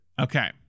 Okay